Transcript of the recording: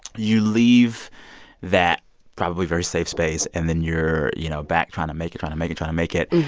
you leave that probably very safe space. and then you're, you know, back trying to make it, trying to make it, trying to make it.